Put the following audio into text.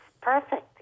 perfect